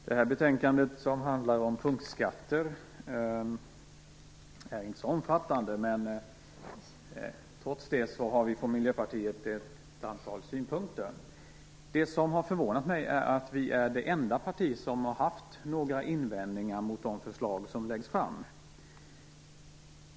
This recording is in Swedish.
Fru talman! Det här betänkandet, som handlar om punktskatter, är inte så omfattande. Trots det har vi från Miljöpartiet ett antal synpunkter. Det som har förvånat mig är att vi är det enda parti som har haft några invändningar mot de förslag som läggs fram.